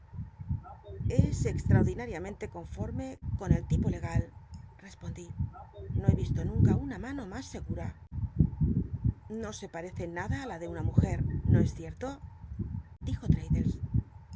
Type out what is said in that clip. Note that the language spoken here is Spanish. es exltaordinariamente conforme con cllipo legal respomli no he visto mmca una mano mas segura no se parece en nada á la de una mujet no es cierto dijo